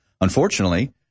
Unfortunately